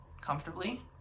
Comfortably